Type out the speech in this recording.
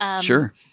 Sure